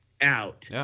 out